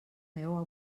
meua